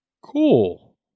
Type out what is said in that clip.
Cool